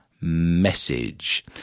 message